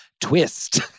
twist